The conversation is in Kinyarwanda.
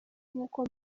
nk’uko